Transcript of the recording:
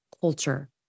culture